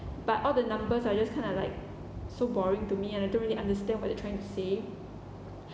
but all the numbers are just kinda like so boring to me and I don't really understand what they're trying to say